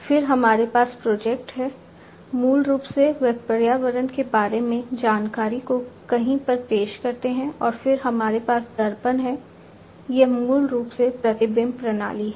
फिर हमारे पास प्रोजेक्टर हैं मूल रूप से वे पर्यावरण के बारे में जानकारी को कहीं पर पेश करते हैं और फिर हमारे पास दर्पण हैं यह मूल रूप से प्रतिबिंब प्रणाली है